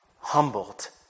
humbled